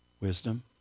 Wisdom